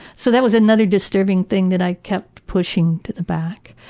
so, that was another disturbing thing that i kept pushing to the back.